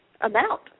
amount